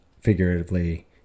figuratively